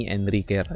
Enrique